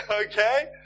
okay